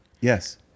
Yes